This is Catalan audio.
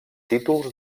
títols